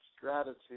Gratitude